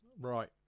Right